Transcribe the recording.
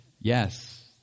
yes